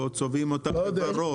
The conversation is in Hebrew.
או צובעים אותם בוורוד.